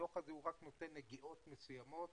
הדו"ח הזה רק נותן נגיעות מסוימות,